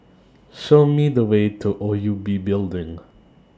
Show Me The Way to O U B Building